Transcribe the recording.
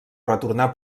retornar